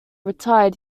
retired